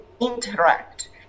interact